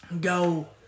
go